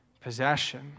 possession